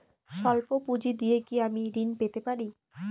সল্প পুঁজি দিয়ে কি আমি ঋণ পেতে পারি?